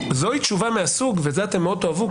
זוהי תשובה מהסוג ואת זה אתם מאוד תאהבו.